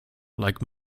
like